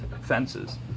fences